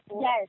yes